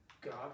God